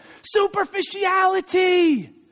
Superficiality